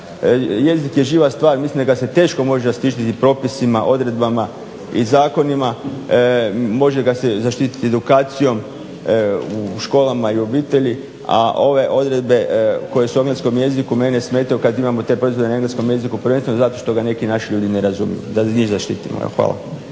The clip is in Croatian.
Jezik je živa stvar, mislim da ga se teško može … propisima, odredbama i zakonima, može ga se zaštitit edukacijom u školama i obitelji, a ove odredbe koje su … jeziku meni … smetaju kad imamo te proizvode na engleskom jeziku, prvenstveno zato što ga neki naši ljudi ne razumiju, da njih zaštitimo. Hvala.